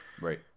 Right